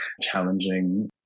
challenging